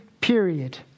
period